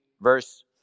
verse